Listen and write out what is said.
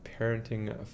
parenting